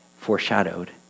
foreshadowed